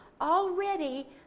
already